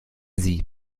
sie